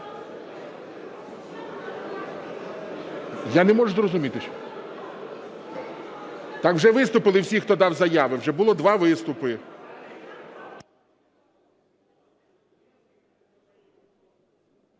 Я не можу зрозуміти. Так вже виступили всі, хто дав заяви, вже було два виступи.